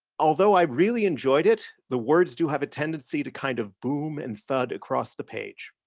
although i really enjoyed it, the words do have a tendency to kind of boom and thud across the page.